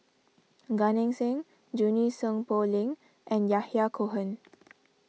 Gan Eng Seng Junie Sng Poh Leng and Yahya Cohen